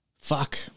Fuck